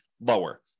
lower